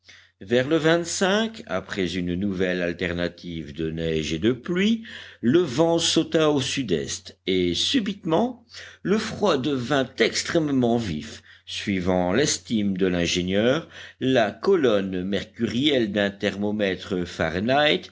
vers le après une nouvelle alternative de neige et de pluie le vent sauta au sud-est et subitement le froid devint extrêmement vif suivant l'estime de l'ingénieur la colonne mercurielle d'un thermomètre fahrenheit